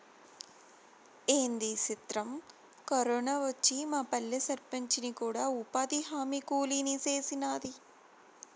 ఏంది సిత్రం, కరోనా వచ్చి మాపల్లె సర్పంచిని కూడా ఉపాధిహామీ కూలీని సేసినాది